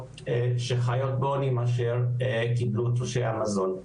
שחיות בעוני מאשר קיבלו תלושי המזון.